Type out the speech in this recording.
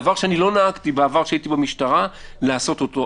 דבר שאני לא נהגתי בעבר כשהייתי במשטרה לעשות אותו.